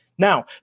Now